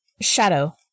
Shadow